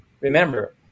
Remember